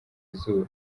izuba